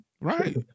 Right